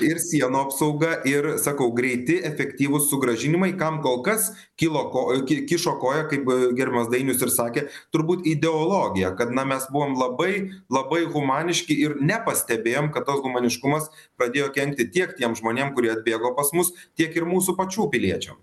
ir sienų apsauga ir sakau greiti efektyvūs sugrąžinimai kam kol kas kilo koj kišo koją kaip gerbemas dainius ir sakė turbūt ideologija kad na mes buvom labai labai humaniški ir nepastebėjom kad tas humaniškumas pradėjo kenkti tiek tiem žmonėm kurie atbėgo pas mus tiek ir mūsų pačių piliečiam